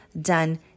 done